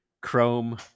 Chrome